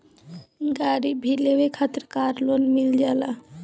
गाड़ी भी लेवे खातिर कार लोन मिल जाला